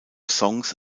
songs